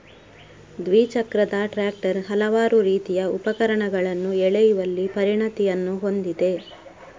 ದ್ವಿಚಕ್ರದ ಟ್ರಾಕ್ಟರ್ ಹಲವಾರು ರೀತಿಯ ಉಪಕರಣಗಳನ್ನು ಎಳೆಯುವಲ್ಲಿ ಪರಿಣತಿಯನ್ನು ಹೊಂದಿದೆ